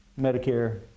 Medicare